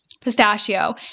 pistachio